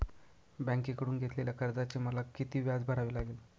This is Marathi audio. बँकेकडून घेतलेल्या कर्जाचे मला किती व्याज भरावे लागेल?